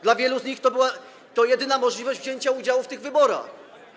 Dla wielu z nich była to jedyna możliwość wzięcia udziału w wyborach.